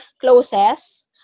closes